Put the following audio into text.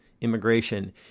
immigration